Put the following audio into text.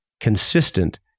consistent